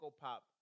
Pop